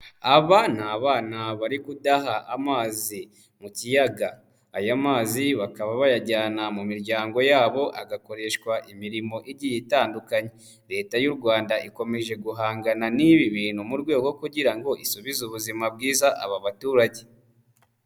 Aba ni abana bari kudaha amazi mu kiyaga, aya mazi bakaba bayajyana mu miryango yabo agakoreshwa imirimo igiye itandukanye. Leta y'u Rwanda ikomeje guhangana n'ibi bintu mu rwego rwo kugira ngo isubize ubuzima bwiza aba baturage.